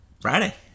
Friday